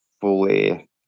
fully